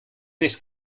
nicht